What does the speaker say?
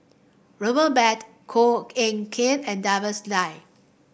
Robert bad Koh Eng Kian and